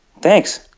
Thanks